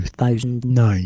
2009